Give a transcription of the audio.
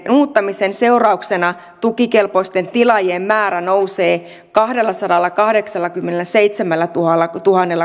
muuttamisen seurauksena tukikelpoisten tilaajien määrä nousee kahdellasadallakahdeksallakymmenelläseitsemällätuhannella